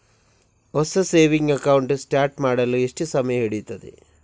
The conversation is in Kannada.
ಹೊಸ ಸೇವಿಂಗ್ ಅಕೌಂಟ್ ಸ್ಟಾರ್ಟ್ ಮಾಡಲು ಎಷ್ಟು ಸಮಯ ಹಿಡಿಯುತ್ತದೆ?